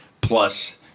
plus